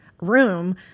room